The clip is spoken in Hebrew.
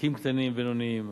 עסקים קטנים ובינוניים,